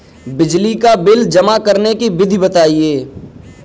बिजली का बिल जमा करने की विधि बताइए?